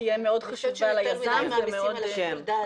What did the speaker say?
אני חושבת שיותר מדי מעמיסים על שיקול הדעת.